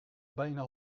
bijna